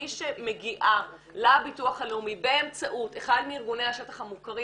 ומי שמגיעה לביטוח הלאומי באמצעות אחד מארגוני השטח המוכרים,